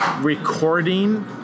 recording